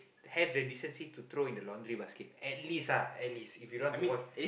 have the decency to throw in the laundry basket at least ah at least if you don't want to wash